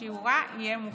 ושיעורה יהיה מופחת,